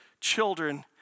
children